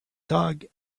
dog